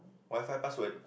Wi-Fi password